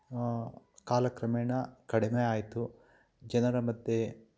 ಕಾಲ ಕ್ರಮೇಣ ಕಡಿಮೆ ಆಯಿತು ಜನರ ಮಧ್ಯೆ